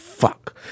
Fuck